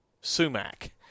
sumac